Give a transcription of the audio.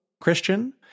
Christian